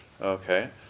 Okay